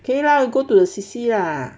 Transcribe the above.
okay lah go to the C_C lah